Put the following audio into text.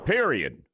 Period